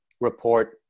report